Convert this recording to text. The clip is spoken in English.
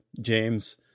James